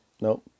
nope